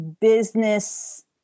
business